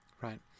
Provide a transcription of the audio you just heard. Right